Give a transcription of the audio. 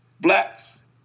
blacks